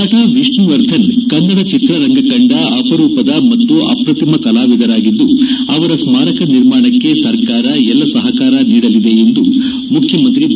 ನಟ ವಿಷ್ಣುವರ್ಧನ್ ಕನ್ನಡ ಚಿತ್ರರಂಗ ಕಂಡ ಅಪರೂಪದ ಮತ್ತು ಅಪ್ರತಿಮ ಕಲಾವಿದರಾಗಿದ್ದು ಅವರ ಸ್ಥಾರಕ ನಿರ್ಮಾಣಕ್ಕೆ ಸರ್ಕಾರ ಎಲ್ಲಾ ಸಹಕಾರ ನೀಡಲಿದೆ ಎಂದು ಮುಖ್ಯಮಂತ್ರಿ ಬಿ